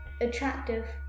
attractive